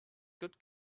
good